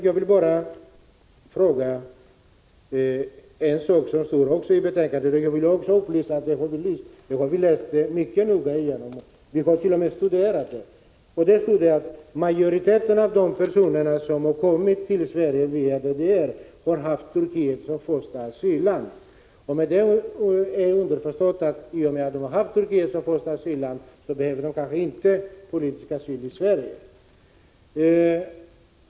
Jag vill upplysa om att jag har läst igenom betänkandet mycket noga och t.o.m. studerat det. Det står där att majoriteten av de personer som har kommit till Sverige via DDR har haft Turkiet som första asylland. Det är därmed underförstått att de i och med att de haft Turkiet som första asylland kanske inte behöver politisk asyl i Sverige.